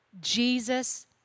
Jesus